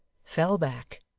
fell back,